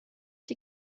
die